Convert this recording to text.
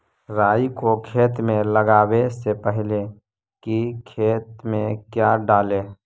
राई को खेत मे लगाबे से पहले कि खेत मे क्या डाले?